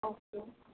okay